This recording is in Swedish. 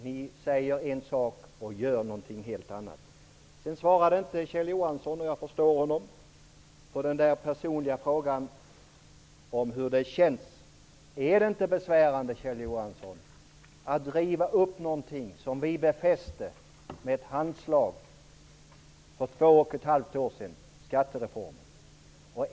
Ni säger en sak och gör någonting helt annat. Jag förstår att Kjell Johansson inte svarade på den personliga frågan om hur det känns. Är det inte besvärande, Kjell Johansson, att riva upp någonting som vi befäste med ett handslag för två och ett halvt år sedan, nämligen skattereformen?